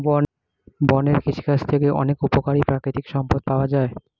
বনের কৃষিকাজ থেকে অনেক উপকারী প্রাকৃতিক সম্পদ পাওয়া যায়